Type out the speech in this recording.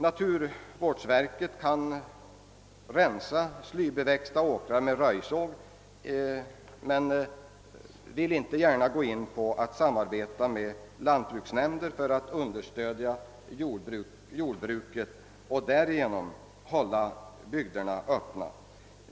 Naturvårdsverket kan rensa slybeväxta åkrar med röjsåg men vill inte gärna gå in på ett samarbete med lantbruksnämnder för att understödja jordbruket och därigenom hålla bygderna öppna.